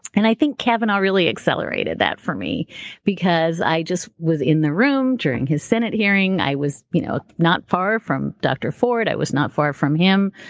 and i think kavanaugh really accelerated that for me because i just was in the room during his senate hearing. i was you know not far from dr. ford. i was not far from him.